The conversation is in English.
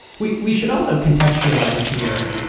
we we should also contextualize here.